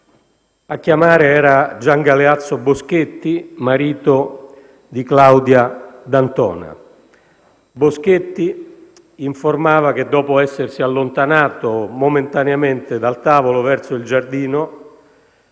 A chiamare era Gian Galeazzo Boschetti, marito di Claudia D'Antona. Boschetti informava che, dopo essersi allontanato momentaneamente dal tavolo verso il giardino,